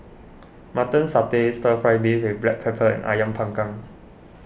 Mutton Satay Stir Fry Beef with Black Pepper and Ayam Panggang